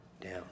down